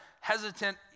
hesitant